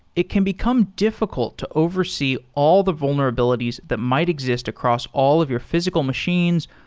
it can become difficult to oversee all the vulnerabilities that might exist across all of your physical machines,